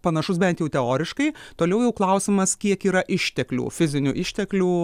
panašus bent jau teoriškai toliau jau klausimas kiek yra išteklių fizinių išteklių